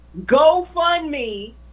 GoFundMe